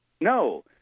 No